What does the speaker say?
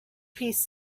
piece